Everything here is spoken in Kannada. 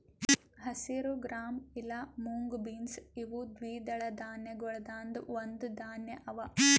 ಹಸಿರು ಗ್ರಾಂ ಇಲಾ ಮುಂಗ್ ಬೀನ್ಸ್ ಇವು ದ್ವಿದಳ ಧಾನ್ಯಗೊಳ್ದಾಂದ್ ಒಂದು ಧಾನ್ಯ ಅವಾ